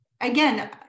again